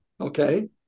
Okay